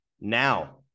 now